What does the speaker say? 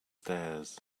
stairs